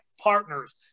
partners